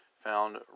found